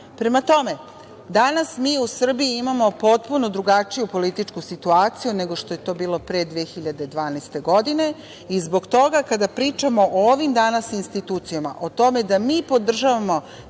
stav. Prema tome, danas mi u Srbiji imamo potpuno drugačiju političku situaciju nego što je to bilo pre 2012. godine i zbog toga kada pričamo o ovim danas institucijama, o tome da mi podržavamo